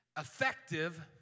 effective